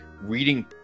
reading